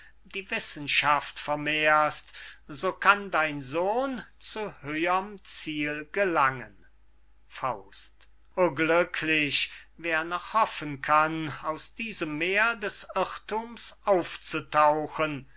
die wissenschaft vermehrst so kann dein sohn zu höhrem ziel gelangen o glücklich wer noch hoffen kann aus diesem meer des irrthums aufzutauchen